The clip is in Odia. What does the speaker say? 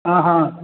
ହଁ ହଁ